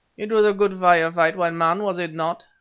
it was a good fire-fight, white man, was it not?